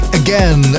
again